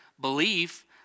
belief